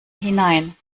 hinein